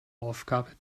aufgabe